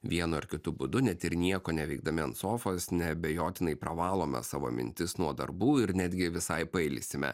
vienu ar kitu būdu net ir nieko neveikdami ant sofos neabejotinai pravalome savo mintis nuo darbų ir netgi visai pailsime